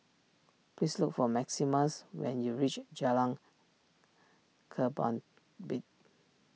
please look for Maximus when you reach Jalan